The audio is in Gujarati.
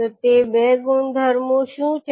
તો તે બે ગુણધર્મો શું છે